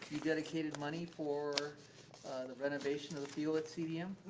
you dedicated money for the renovation of the field at cdm